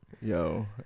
Yo